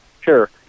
Sure